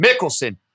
Mickelson